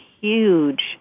huge